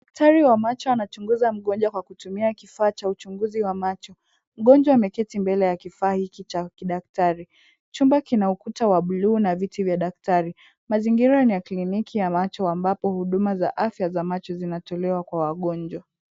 Daktari wa macho anachunguza mgonjwa kwa kutumia kifaa cha uchunguzi wa macho. Mgonjwa ameketi mbele ya kifaa hiki cha kidaktari. Chumba kina ukuta wa blue na viti vya daktari. Mazingira ni ya kliniki ya macho ambapo huduma za afya za macho zinatolewa kwa wagonjwa.